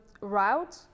route